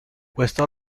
questo